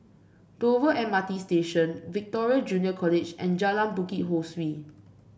Dover M R T Station Victoria Junior College and Jalan Bukit Ho Swee